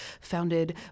founded